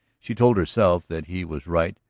she told herself that he was right,